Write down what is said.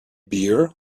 beer